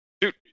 dude